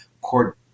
court